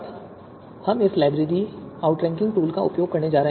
अब हम इस लाइब्रेरी आउटरैंकिंग टूल का उपयोग करने जा रहे हैं